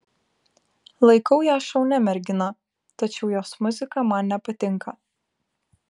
laikau ją šaunia mergina tačiau jos muzika man nepatinka